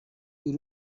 uru